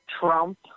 Trump